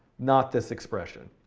not this expression.